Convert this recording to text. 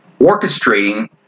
orchestrating